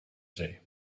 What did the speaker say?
zee